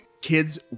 kids